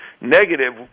negative